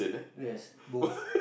yes both